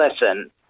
listen